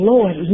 Lord